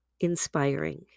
inspiring